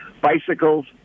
Bicycles